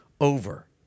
over